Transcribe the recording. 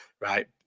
right